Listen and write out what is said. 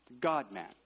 God-man